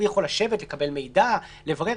הוא יכול לשבת, לקבל מידע, לברר.